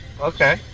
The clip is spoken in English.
Okay